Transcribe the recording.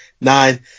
nine